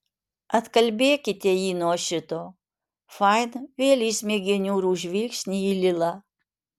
atkalbėkite jį nuo šito fain vėl įsmeigė niūrų žvilgsnį į lilą